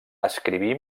escriví